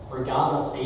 regardless